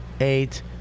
eight